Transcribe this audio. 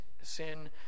sin